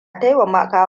taimaka